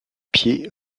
pied